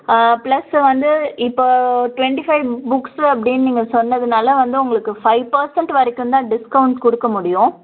plus வந்து இப்போ twenty five books அப்படினு நீங்கள் சொன்னதுனால வந்து ஃபைவ் பர்சென்ட் வரைக்கும் தான் டிஸ்க்காவுண்ட் கொடுக்க முடியும்